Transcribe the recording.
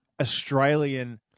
Australian